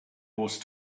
horse